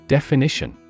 Definition